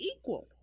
equal